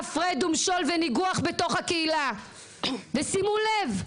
הפרד ומשול וניגוח בתוך הקהילה, ושימו לב,